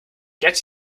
get